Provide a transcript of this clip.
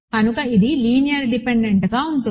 కనుక ఇది లీనియర్ డిపెండెంట్గా ఉంటుంది